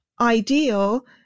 ideal